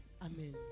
Amen